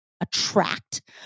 attract